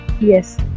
Yes